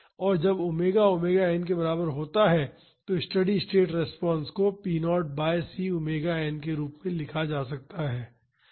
और जब omega omega n के बराबर होता है तो स्टेडी स्टेट रिस्पांस को p0 by c omega n के रूप में लिखा जा सकता है